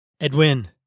Edwin